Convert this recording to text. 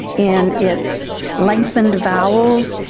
in its lengthened vowels,